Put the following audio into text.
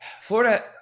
Florida